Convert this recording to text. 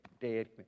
dead